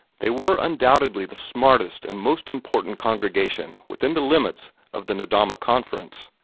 they were undoubtedly the smartest and most important congregation within the limits of the nedahma conference,